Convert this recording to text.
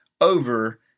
over